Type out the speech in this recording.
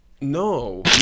no